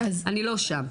אני לא שם.